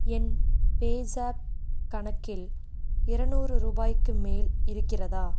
என் பேஸாப் கணக்கில் இரநூறு ரூபாய்க்கு மேல் இருக்கிறதா